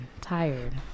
Tired